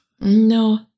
No